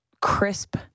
crisp